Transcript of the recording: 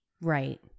Right